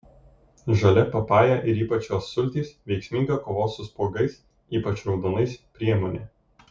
žalia papaja ir ypač jos sultys veiksminga kovos su spuogais ypač raudonais priemonė